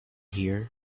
here